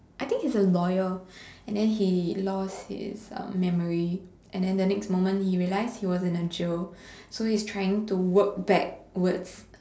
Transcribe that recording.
I think he's a lawyer and then he lost his um memory and then the next moment he realized he was in a jail so he's trying to work backwards